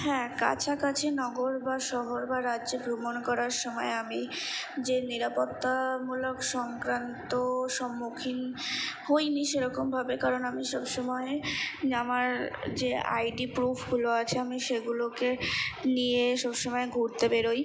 হ্যাঁ কাছাকাছি নগর বা শহর বা রাজ্যে ভ্রমণ করার সময় আমি যে নিরাপত্তামূলক সংক্রান্ত সম্মুখীন হই নি সেরকমভাবে কারণ আমি সব সময় আমার যে আই ডি গ্রুপগুলো আছে আমি সেগুলোকে নিয়ে সব সমায় ঘুরতে বেরোই